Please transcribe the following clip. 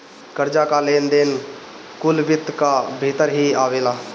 कर्जा कअ लेन देन कुल वित्त कअ भितर ही आवेला